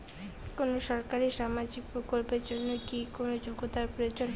কোনো সরকারি সামাজিক প্রকল্পের জন্য কি কোনো যোগ্যতার প্রয়োজন?